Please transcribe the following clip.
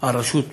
על רשות כלשהי,